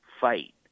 fight